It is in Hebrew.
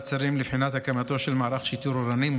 השרים לבחינת הקמתו של מערך שיטור עירוני.